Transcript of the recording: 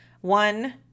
one